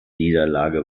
niederlage